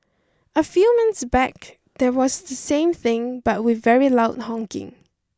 a few months back there was the same thing but with very loud honking